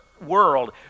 world